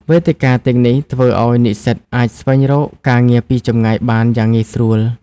វេទិកាទាំងនេះធ្វើឱ្យនិស្សិតអាចស្វែងរកការងារពីចម្ងាយបានយ៉ាងងាយស្រួល។